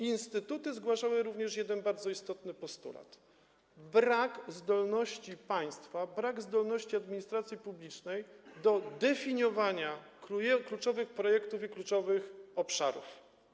Instytuty zgłaszały również jeden bardzo istotny postulat, dotyczący braku zdolności państwa, braku zdolności administracji publicznej do definiowania kluczowych projektów i kluczowych obszarów.